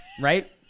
right